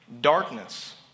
darkness